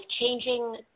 changing